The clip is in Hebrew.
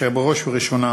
שבראש ובראשונה